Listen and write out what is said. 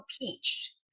impeached